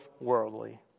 worldly